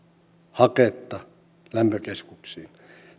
haketta lämpökeskuksiin